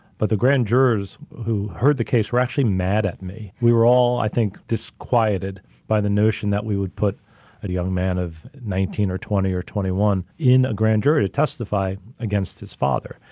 but the grand jurors who heard the case were actually mad at me. we were all, i think, disquieted by the notion that we would put a young man of nineteen or twenty or twenty one in a grand jury to testify against his father,